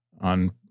on